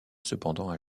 cependant